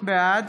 בעד